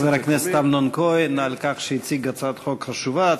אני מודה לחבר הכנסת אמנון כהן על כך שהציג הצעת חוק חשובה,